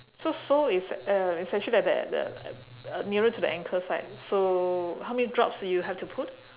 so sole is uh is actually at the the nearer to the ankle side so how many drops you have to put